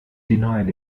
denied